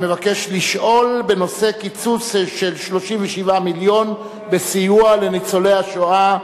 המבקש לשאול בנושא קיצוץ של 37 מיליון בסיוע לניצולי השואה,